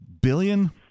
billion